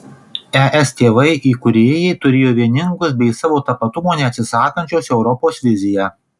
es tėvai įkūrėjai turėjo vieningos bei savo tapatumo neatsisakančios europos viziją